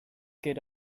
geht